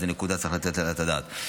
זו נקודה שצריך לתת עליה את הדעת.